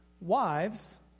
Wives